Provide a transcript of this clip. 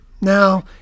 Now